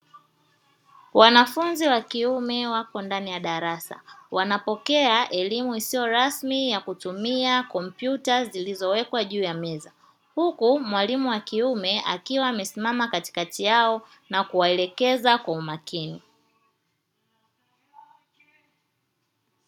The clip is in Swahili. Wanafunzi wa kiume wapo ndani ya darasa, wanapokea elimu isiyo rasmi ya kutumia kompyuta zilizowekwa juu ya meza. Huku mwalimu wa kiume akiwa amesimama katikati yao na kuwaelekeza kwa umakini.